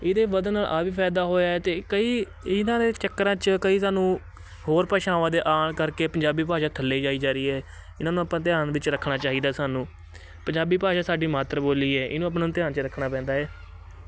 ਇਹਦੇ ਵਧਣ ਨਾਲ ਆਹ ਵੀ ਫਾਇਦਾ ਹੋਇਆ ਹੈ ਅਤੇ ਕਈ ਇਹਨਾਂ ਦੇ ਚੱਕਰਾਂ 'ਚ ਕਈ ਸਾਨੂੰ ਹੋਰ ਭਾਸ਼ਾਵਾਂ ਦੇ ਆਉਣ ਕਰਕੇ ਪੰਜਾਬੀ ਭਾਸ਼ਾ ਥੱਲੇ ਜਾਈ ਜਾ ਰਹੀ ਹੈ ਇਹਨਾਂ ਨੂੰ ਆਪਾਂ ਧਿਆਨ ਵਿੱਚ ਰੱਖਣਾ ਚਾਹੀਦਾ ਸਾਨੂੰ ਪੰਜਾਬੀ ਭਾਸ਼ਾ ਸਾਡੀ ਮਾਤਰ ਬੋਲੀ ਹੈ ਇਹਨੂੰ ਆਪਣਾ ਧਿਆਨ 'ਚ ਰੱਖਣਾ ਪੈਂਦਾ ਏ